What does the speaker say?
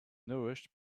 nourished